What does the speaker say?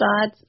God